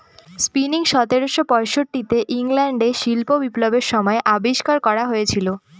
spinning সতেরোশো পয়ষট্টি তে ইংল্যান্ডে শিল্প বিপ্লবের সময় আবিষ্কার করা হয়েছিল